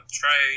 try